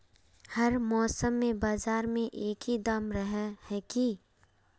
हर मौसम में बाजार में एक ही दाम रहे है की?